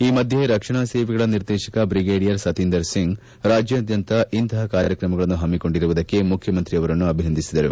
ಈ ಮಧ್ಯೆ ರಕ್ಷಣಾ ಸೇವೆಗಳ ನಿರ್ದೇಶಕ ಬ್ರಿಗೇಡಿಯರ್ ಸತೀಂದರ್ ಸಿಂಗ್ ರಾಜ್ಡಾದ್ದಂತ ಇಂತಹ ಕಾರ್ಯಕ್ರಮಗಳನ್ನು ಹಮ್ಸಿಕೊಂಡಿರುವುದಕ್ಕೆ ಮುಖ್ಯಮಂತ್ರಿ ಅವರನ್ನು ಅಭಿನಂದಿಸಿದರು